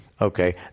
Okay